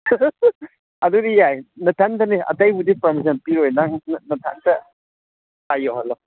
ꯑꯗꯨꯗꯤ ꯌꯥꯏ ꯅꯊꯟꯗꯅꯤ ꯑꯇꯩꯕꯨꯗꯤ ꯄꯥꯔꯃꯤꯁꯟ ꯄꯤꯔꯣꯏ ꯅꯪ ꯅꯊꯟꯇ ꯑꯥ ꯌꯥꯎꯍꯜꯂꯣ